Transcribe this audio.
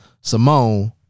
simone